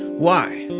why?